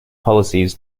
policies